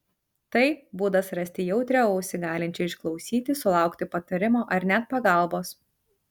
tai būdas rasti jautrią ausį galinčią išklausyti sulaukti patarimo ar net pagalbos